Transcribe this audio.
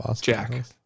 jack